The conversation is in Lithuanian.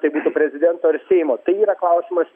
tai būtų prezidento ar seimo tai yra klausimas